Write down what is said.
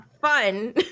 fun